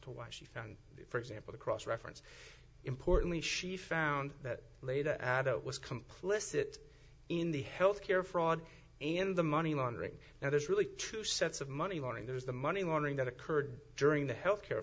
to why she found for example a cross reference importantly she found that later it was complicit in the health care fraud and the money laundering now there's really two sets of money learning there's the money laundering that occurred during the health care